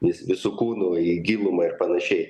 vis visu kūnu į gilumą ir panašiai